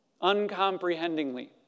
uncomprehendingly